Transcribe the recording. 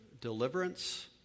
deliverance